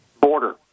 border